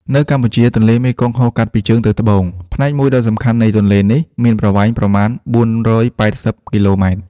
នៅកម្ពុជា ទន្លេមេគង្គហូរកាត់ពីជើងទៅត្បូង ផ្នែកមួយដ៏សំខាន់នៃទន្លេនេះមានប្រវែងប្រមាណ ៤៨០ គីឡូម៉ែត្រ។